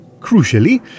Crucially